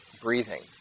breathing